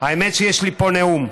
האמת שיש לי פה נאום,